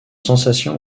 sensation